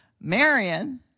Marion